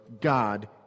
God